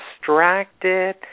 distracted